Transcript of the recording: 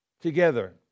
together